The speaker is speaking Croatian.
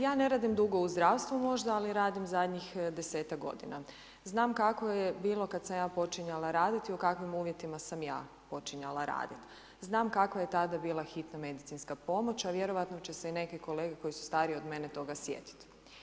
Ja ne radim dugo u zdravstvu možda, ali radim zadnjih 10-tak godina, znam kako je bilo kad sam ja počinjala raditi i u kakvim uvjetima sam ja počinjala radit, znam kakva je tada bila hitna medicinska pomoć, a vjerojatno će se i neke kolege koji su stariji od mene toga sjetiti.